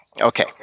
Okay